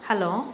hello